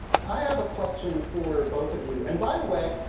i have a question for both of you. and by the way,